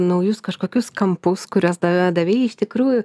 naujus kažkokius kampus kuriuos dave davei iš tikrųjų